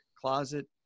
closet